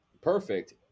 perfect